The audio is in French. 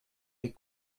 les